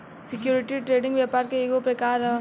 security trading व्यापार के ईगो प्रकार ह